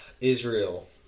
Israel